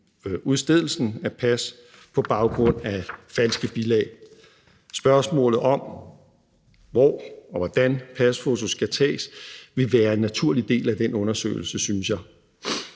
udstedelsen af pas på baggrund af falske bilag. Spørgsmålet om, hvordan pasfoto skal tages, vil være en naturlig del af den undersøgelse, synes jeg.